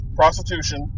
prostitution